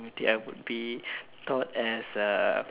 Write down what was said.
I would be thought as a